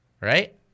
Right